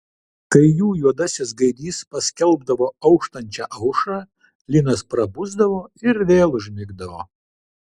kai jų juodasis gaidys paskelbdavo auštančią aušrą linas prabusdavo ir vėl užmigdavo